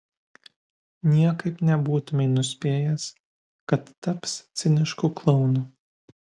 niekaip nebūtumei nuspėjęs kad taps cinišku klounu